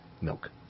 milk